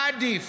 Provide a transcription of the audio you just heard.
מה עדיף?